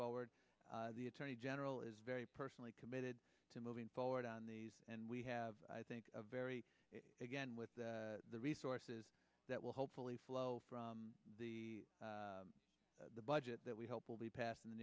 forward the attorney general is very personally committed to moving forward on these and we have i think a very again with the resources that will hopefully flow from the the budget that we hope will be passed in the